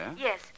Yes